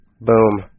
Boom